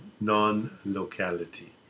non-locality